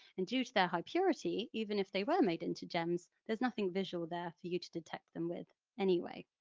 and due to their high purity, even if they were made into gems there's nothing visual there for you to detect them with anyway.